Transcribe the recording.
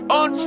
on